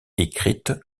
écrites